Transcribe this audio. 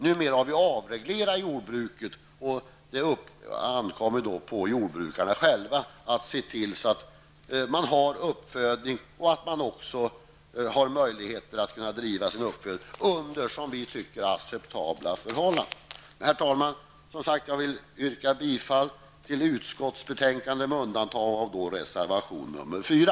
Numera har vi avreglerat jordbruket, och det ankommer då på jordbrukarna själva att se till att de kan sköta sina djur under vad vi anser vara acceptabla förhållanden. Herr talman! Jag vill som sagt yrka bifall till utskottets hemställan med undantag för mom. 4, där jag yrkar bifall till reservation 4.